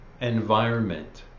environment